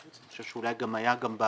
ואני חושב שזה אולי גם היה בוועדה,